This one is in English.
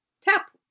tap